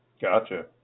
gotcha